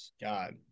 God